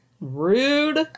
Rude